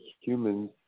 humans